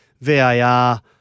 VAR